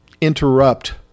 interrupt